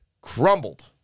crumbled